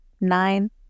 nine